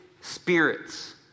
spirits